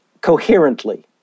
coherently